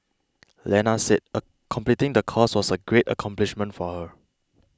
Lena said a completing the course was a great accomplishment for her